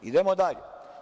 Idemo dalje.